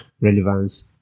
relevance